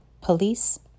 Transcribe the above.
Police